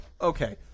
okay